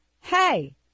hey